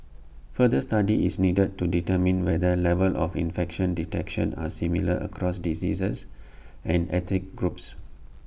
further study is needed to determine whether levels of infection detection are similar across diseases and ethnic groups